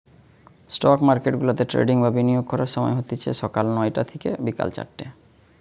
stock মার্কেটগুলাতে trading বা বিনিয়োগ করার সময় হতিছে সকাল নয়টা থিকে বিকেল চারটে